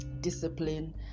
discipline